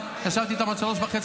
ישבתי איתם עד 03:30,